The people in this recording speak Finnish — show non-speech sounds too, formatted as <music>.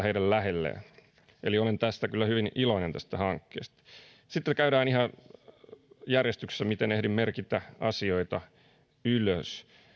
<unintelligible> heidän lähelleen eli olen kyllä hyvin iloinen tästä hankkeesta sitten käydään ihan siinä järjestyksessä miten ehdin merkitä asioita ylös